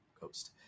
coast